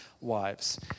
wives